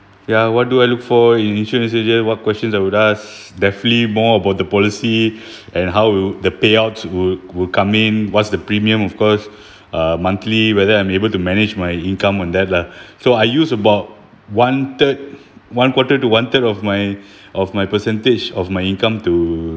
ya what do I look for in insurance agent what questions I would ask definitely more about the policy and how will the payouts would would come in what's the premium of course uh monthly whether I'm able to manage my income on that lah so I use about one third one quarter to one third of my of my percentage of my income to